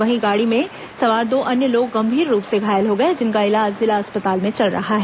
वहीं गाड़ी में सवार दो अन्य लोग गंभीर रूप से घायल हो गए जिनका इलाज जिला अस्पताल में चल रहा है